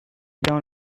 down